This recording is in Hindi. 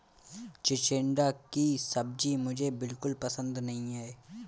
चिचिण्डा की सब्जी मुझे बिल्कुल पसंद नहीं है